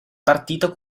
partito